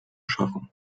schaffen